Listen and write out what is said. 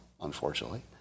Unfortunately